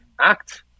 act